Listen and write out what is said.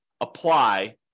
apply